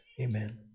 amen